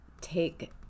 take